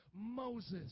Moses